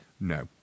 No